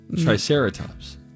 Triceratops